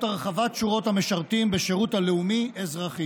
הרחבת שורות המשרתים בשירות הלאומי-אזרחי.